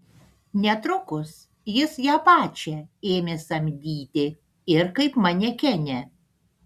netrukus jis ją pačią ėmė samdyti ir kaip manekenę